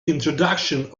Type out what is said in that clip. introduction